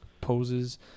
poses